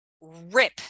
rip